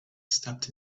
stepped